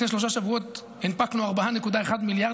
לפני שלושה שבועות הנפקנו 4.1 מיליארד.